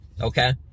okay